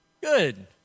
Good